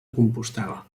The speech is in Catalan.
compostel·la